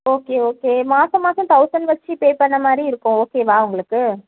okay okay மாதம் மாதம் thousand வச்சு பே பண்ணமாதிரி இருக்கும் ஓகேவா உங்களுக்கு